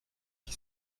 qui